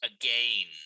again